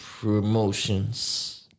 promotions